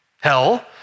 hell